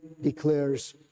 declares